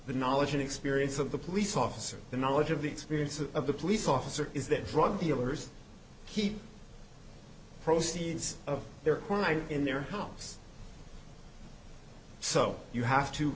the knowledge and experience of the police officer the knowledge of the experiences of the police officer is that drug dealers keep proceeds of their crime in their house so you have to